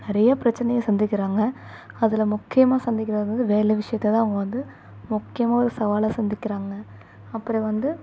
நிறையா பிரச்சனைய சந்திக்கிறாங்கள் அதில் முக்கியமாக சந்திக்கிறது வந்து வேலை விஷயத்தைதான் அவங்க வந்து முக்கியமாக ஒரு சவாலாக சந்திக்கிறாங்கள் அப்புறம் வந்து